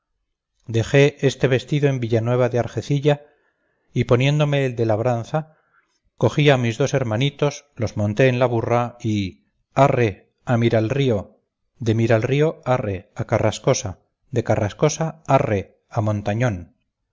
dejé este vestido en villanueva de argecilla y poniéndome el de labranza cogí a mis dos hermanitos los monté en la burra y arre a miralrío de miralrío arre a carrascosa de carrascosa arre a montañón